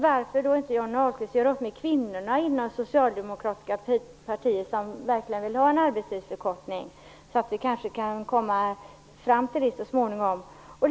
Varför vill inte Johnny Ahlqvist göra upp med kvinnorna inom det socialdemokratiska partiet, som verkligen vill ha en arbetstidsförkortning, så att en sådan kan genomföras så småningom?